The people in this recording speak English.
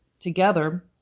together